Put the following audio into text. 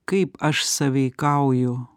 kaip aš sąveikauju